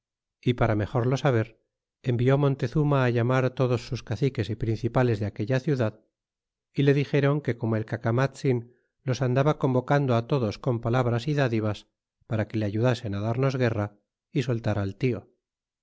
y para mejor lo saber envió montezuma llamar todos sus caciques y principales de aquella ciudad y le dixéron como el cacamatzin los andaba convocando todos con palabras é ddivas para que le ayudasen á darnos guerra y soltar al